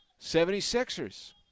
76ers